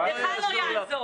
לך לא יעזור.